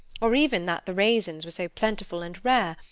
or even that the raisins were so plentiful and rare,